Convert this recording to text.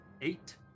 Eight